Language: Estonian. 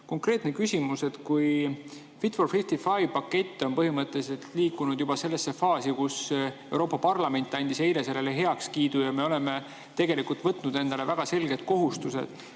konkreetne küsimus. Pakett "Fit for 55" on põhimõtteliselt liikunud juba sellesse faasi, et Euroopa Parlament andis eile sellele heakskiidu ja me oleme tegelikult võtnud endale väga selged kohustused.